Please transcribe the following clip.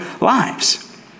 lives